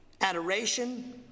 adoration